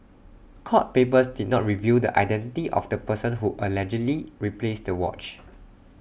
court papers did not reveal the identity of the person who allegedly replaced the watch